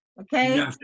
Okay